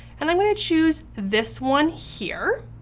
and i'm gonna choose this one here,